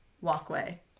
walkway